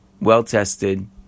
well-tested